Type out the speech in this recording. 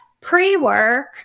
pre-work